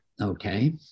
okay